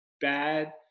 Bad